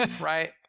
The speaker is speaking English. right